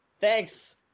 thanks